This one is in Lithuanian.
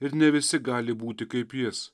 ir ne visi gali būti kaip jis